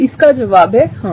इसका जवाब है हाँ